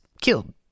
killed